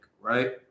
right